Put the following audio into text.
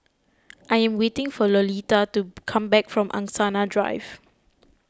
I am waiting for Lolita to come back from Angsana Drive